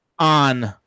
On